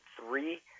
three